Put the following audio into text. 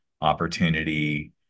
opportunity